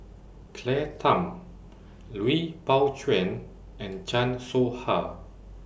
Claire Tham Lui Pao Chuen and Chan Soh Ha